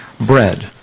Bread